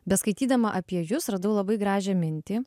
beskaitydama apie jus radau labai gražią mintį